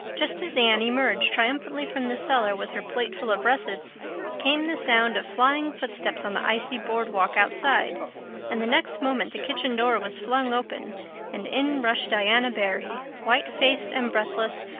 just as anne emerged triumphantly from the cellar with her plateful of russets came the sound of flying footsteps on the icy board walk outside and the next moment the kitchen door was flung open and in rushed diana barry, white faced and breathless,